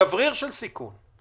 שבריר של סיכון,